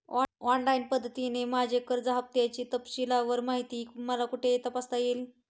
Online पद्धतीने माझ्या कर्ज हफ्त्याची तपशीलवार माहिती मला कुठे तपासता येईल?